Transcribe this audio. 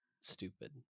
stupid